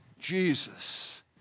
Jesus